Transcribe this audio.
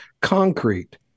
concrete